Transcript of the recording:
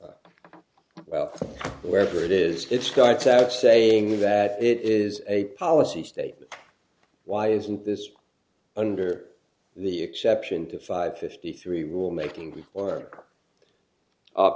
well wherever it is it starts out saying that it is a policy statement why isn't this under the exception to five fifty three rule making we are